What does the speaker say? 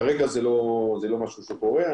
כרגע זה לא משהו שקורה.